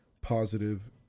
positive